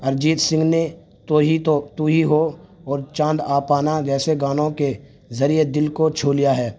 ارجیت سنگھ نے تو ہی تو تو ہی ہو اور چاند آ پانا جیسے گانوں کے ذریعے دل کو چھو لیا ہے